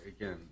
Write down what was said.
again